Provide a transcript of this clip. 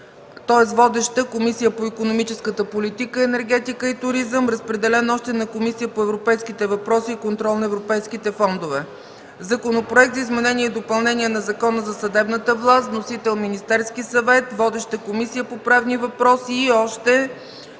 Водеща е Комисията по икономическата политика, енергетика и туризъм. Разпределен е и на Комисията по европейските въпроси и контрол на европейските фондове. Законопроект за изменение и допълнение на Закона за съдебната власт. Вносител – Министерският съвет. Водеща е Комисията по правни въпроси.